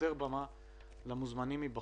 אני אתן פה יותר במה למוזמנים מבחוץ,